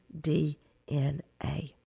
DNA